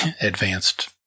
advanced